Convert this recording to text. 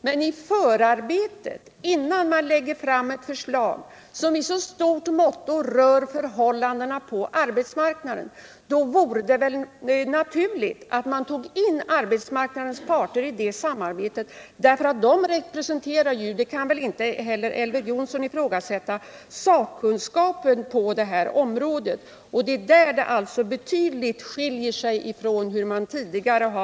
Men i förarbetet, innan man lägger fram ett förslag som i så hög grad rör förhållandena på arbetsmarknaden, hade det varit naturligt att ta in arbetsmarknadens parter. Dessa representerar ju — det kan vil inte heller Elver Jonsson ifrågasätta — sakkunskapen på det här området. Det är här arbetssättet i dag betydligt skiljer sig från arbetssättet tidigare.